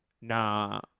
Nah